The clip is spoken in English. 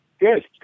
Good